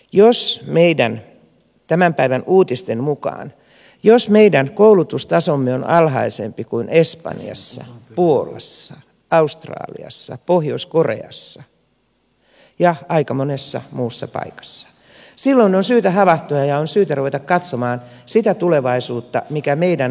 jos meidän koulutustasomme tämän päivän uutisten mukaan on alhaisempi kuin espanjassa puolassa australiassa pohjois koreassa ja aika monessa muussa paikassa silloin on syytä havahtua ja on syytä ruveta katsomaan sitä tulevaisuutta mikä meidän nuorillamme on